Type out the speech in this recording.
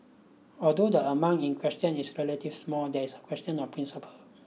although the amount in question is relative small there is a question of principle